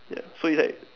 ya so it's like